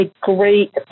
great